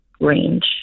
range